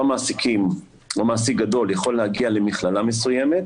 מעסיקים או מעסיק גדול יכול להגיע למכללה מסוימת,